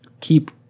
keep